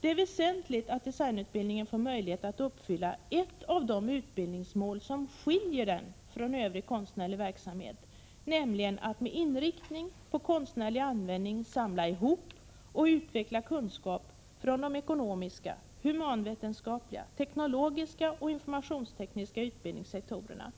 Det är väsentligt att designutbildningen får möjlighet att uppfylla ett av de utbildningsmål som skiljer den från övrig konstnärlig verksamhet, nämligen att med inriktning på konstnärlig användning samla ihop och utveckla kunskap från de ekonomiska, humanvetenskapliga, teknologiska och informationstekniska utbildningssektorerna.